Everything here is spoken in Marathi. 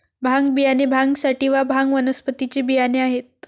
भांग बियाणे भांग सॅटिवा, भांग वनस्पतीचे बियाणे आहेत